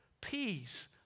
peace